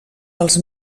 els